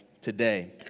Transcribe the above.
today